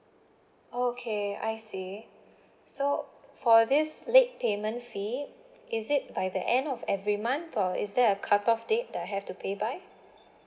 okay I see so for this late payment fee is it by the end of every month or is there a cutoff date that I have to pay by